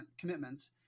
commitments